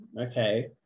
okay